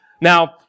Now